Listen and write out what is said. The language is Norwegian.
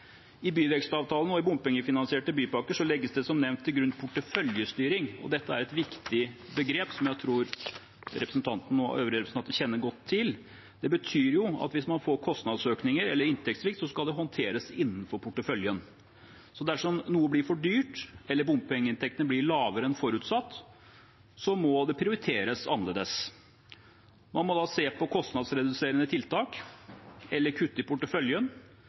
I byvekstavtalene og i bompengefinansierte bypakker legges, som nevnt, porteføljestyring til grunn. Dette er et viktig begrep, som jeg tror representanten og øvrige representanter kjenner godt til. Det betyr at hvis man får kostnadsøkninger eller inntektssvikt, skal det håndteres innenfor porteføljen. Dersom noe blir for dyrt eller bompengeinntektene blir lavere enn forutsatt, må det prioriteres annerledes. Man må da se på kostnadsreduserende tiltak eller kutte i porteføljen.